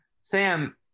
Sam